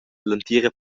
l’entira